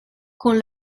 con